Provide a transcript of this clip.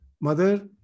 Mother